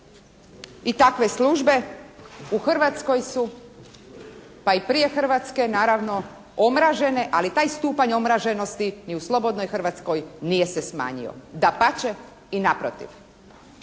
i takve službe u Hrvatskoj su, pa i prije Hrvatske naravno omražene ali taj stupanj omraženosti ni u slobodnoj Hrvatskoj nije se smanjio. Dapače i naprotiv.